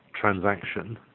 transaction